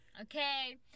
Okay